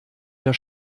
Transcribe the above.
der